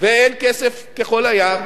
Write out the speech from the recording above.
ואין כסף כחול הים,